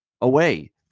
away